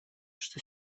что